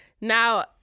now